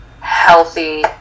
healthy